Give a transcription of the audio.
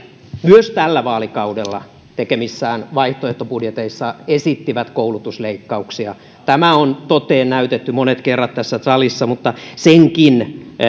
myös tällä vaalikaudella tekemissään vaihtoehtobudjeteissa esittivät koulutusleikkauksia tämä on toteen näytetty monet kerrat tässä salissa mutta senkin